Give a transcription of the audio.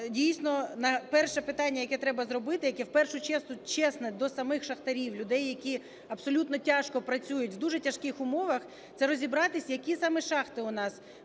дійсно, на перше питання, яке треба зробити, яке в першу чергу чесне до самих шахтарів, людей, які абсолютно тяжко працюють, в дуже тяжких умовах, це розібратися, які саме шахти у нас